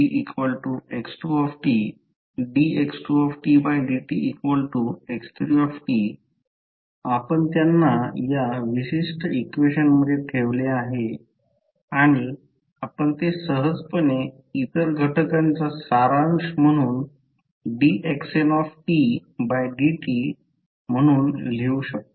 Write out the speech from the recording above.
dxndt a0x1t a1x2t an 2xn 1t an 1xntf आपण त्यांना या विशिष्ट इक्वेशन मध्ये ठेवले आहे आणि आपण ते सहजपणे इतर घटकांचा सारांश म्हणून dxndt लिहू शकतो